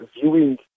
viewing